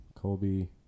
Colby